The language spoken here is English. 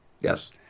Yes